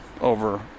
over